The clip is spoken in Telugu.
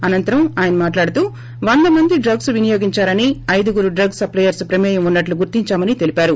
అనంతరం ఆయన మాట్లాడుతూ వంద మంది డ్రగ్స్ వీనియోగించారనిఐదుగురు డ్రగ్స్ ెసప్లయర్స్ ప్రమేయం ఉన్నట్లు గుర్తించామని ఆయన తెలిపారు